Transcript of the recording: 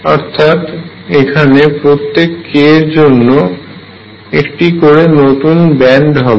অর্থাৎ এখানে প্রত্যেকে k এর জন্য একটি করে নতুন ব্যান্ড হবে